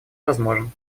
возможен